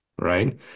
Right